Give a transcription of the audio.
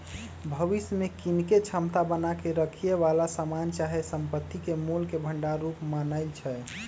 भविष्य में कीनेके क्षमता बना क रखेए बला समान चाहे संपत्ति के मोल के भंडार रूप मानइ छै